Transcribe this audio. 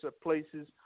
places